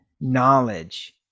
knowledge